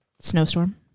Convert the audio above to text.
Snowstorm